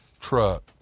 Truck